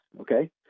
okay